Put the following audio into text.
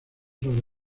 sobre